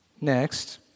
Next